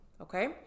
okay